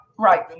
Right